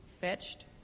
fetched